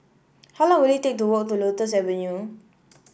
how long will it take to walk to Lotus Avenue